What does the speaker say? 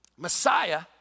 Messiah